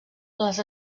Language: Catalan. les